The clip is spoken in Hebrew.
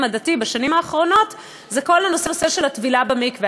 הדתי בשנים האחרונות זה כל הנושא של הטבילה במקווה,